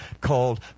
called